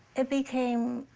it became